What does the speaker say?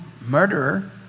murderer